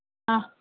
ஆ